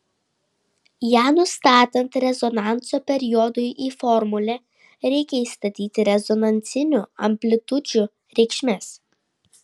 ją nustatant rezonanso periodui į formulę reikia įstatyti rezonansinių amplitudžių reikšmes